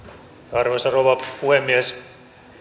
arvoisa rouva puhemies